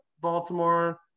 Baltimore